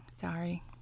Sorry